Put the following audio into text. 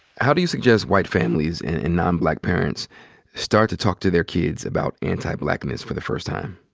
how do you suggest white families and non-black parents start to talk to their kids about anti-blackness for the first time?